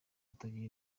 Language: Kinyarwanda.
utagira